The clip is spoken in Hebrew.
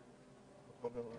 פה אחד.